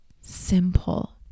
simple